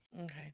Okay